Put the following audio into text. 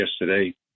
yesterday